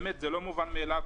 באמת זה לא מובן מאליו,